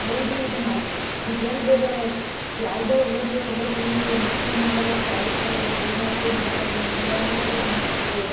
ಹೌದು ಈಗ ಮ ಇದ್ರಲ್ಲಿ ಬೇರೆ ಯಾವುದೋ ಊರು ಊರಲ್ಲಿ ಮಕ್ಳನ್ನೆಲ್ಲ ಸಾಯಿಸ್ತವ್ರೆ ಭ್ರೂಣ ಹತ್ಯೆ ಮಾಡ್ತವ್ರೆ ಅಂತೆಲ್ಲ ನ್ಯೂಸಲ್ಲಿ ಬಂದು ಬಿಟ್ಟಿತ್ತು